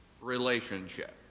relationship